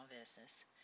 business